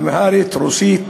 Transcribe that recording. אמהרית, רוסית,